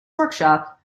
workshop